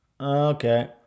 okay